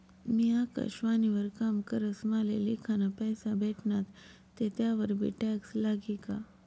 मी आकाशवाणी वर काम करस माले लिखाना पैसा भेटनात ते त्यावर बी टॅक्स लागी का?